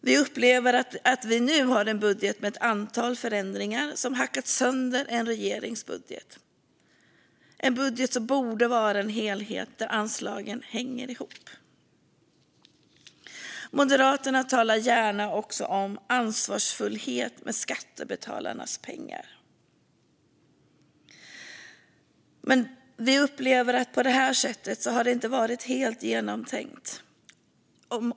Vi upplever att vi nu har en budget med ett antal förändringar som hackat sönder en regerings budget. En budget borde vara en helhet där anslagen hänger ihop. Moderaterna talar gärna om att vara ansvarsfull med skattebetalarnas pengar. Men vi upplever att det på detta sätt inte har varit helt genomtänkt.